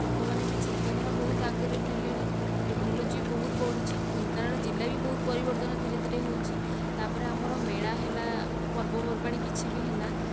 ଲୋକମାନେ ବି ଚିନ୍ତାଧାରା ବହୁତ ଆଗରେ ନେଲେଣି ଆଉ ଟେକ୍ନୋଲୋଜି ବହୁତ ବଢୁଛି ଢେଙ୍କାନାଳ ଜିଲ୍ଲାବି ବହୁତ ପରିବର୍ତ୍ତନ ଧିରେ ଧିରେ ହେଉଛି ତାପରେ ଆମର ମେଳା ହେଲା ପର୍ବପର୍ବାଣି କିଛି ବି ହେଲା